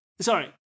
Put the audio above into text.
Sorry